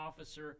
officer